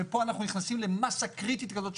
ופה אנחנו נכנסים למסה קריטית כזאת,